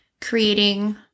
creating